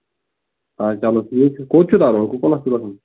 آ چلو ٹھیٖک چھُ کوٚت چھُ ترُن کور کُن چھُ گژُھن